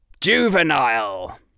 juvenile